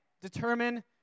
determine